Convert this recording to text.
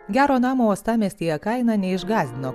gero namo uostamiestyje kaina neišgąsdino